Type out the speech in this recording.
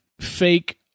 fake